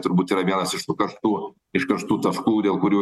turbūt yra vienas iš tų karštų iš karštų taškų dėl kurių